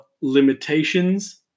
limitations